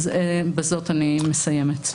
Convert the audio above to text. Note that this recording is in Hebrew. בזאת אני מסיימת.